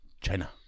China